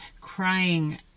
crying